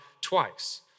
twice